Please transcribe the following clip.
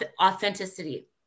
authenticity